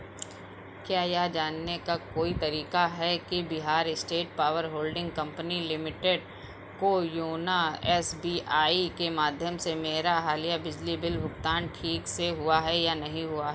क्या यह जानने का कोई तरीका है कि Bihar state power holding company limited को योना एस बी आई के माध्यम से मेरा हालिया बिजली बिल भुगतान ठीक से हुआ है या नहीं हुआ